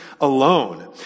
alone